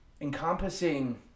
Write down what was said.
encompassing